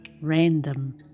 random